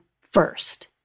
first